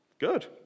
Good